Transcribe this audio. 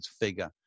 figure